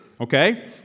Okay